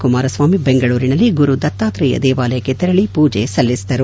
ಕುಮಾರಸ್ವಾಮಿ ಬೆಂಗಳೂರಿನಲ್ಲಿ ಗುರು ದತ್ತಾತ್ತೇಯ ದೇವಾಲಯಕ್ಕೆ ತೆರಳಿ ಪೂಜೆ ಸಲ್ಲಿಸಿದರು